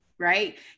right